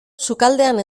sukaldean